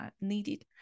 needed